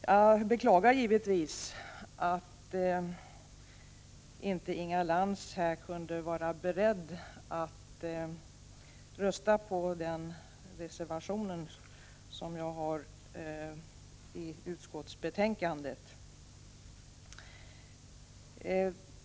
Jag beklagar givetvis att Inga Lantz inte kunde vara beredd att rösta för den reservation som jag har fogat till utskottets betänkande.